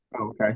Okay